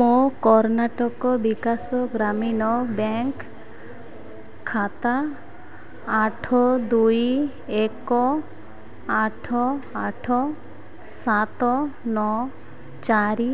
ମୋ କର୍ଣ୍ଣାଟକ ବିକାଶ ଗ୍ରାମୀଣ ବ୍ୟାଙ୍କ୍ ଖାତା ଆଠ ଦୁଇ ଏକ ଆଠ ଆଠ ସାତ ନଅ ଚାରି